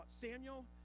samuel